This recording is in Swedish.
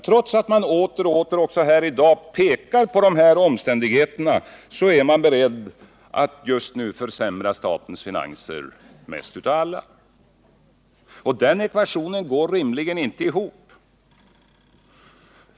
Trots att man också här i dag hela tiden pekat på de här omständigheterna, är man mest av alla beredd att just nu försämra statens finanser. Den ekvationen går rimligen inte ihop.